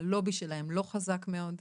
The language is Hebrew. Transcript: הלובי שלהם הוא לא חזק מאוד,